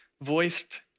voiced